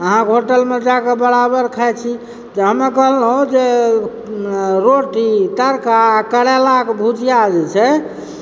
अहाँकेँ होटलमे जाकऽ बराबर खाइ छी कि हमे कहलहुँ जे रोटी तड़का करेला कऽ भुजिआ जे छै